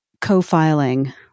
co-filing